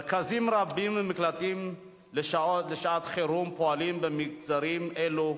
מרכזים רבים ומקלטים לשעת חירום פועלים במגזרים אלו,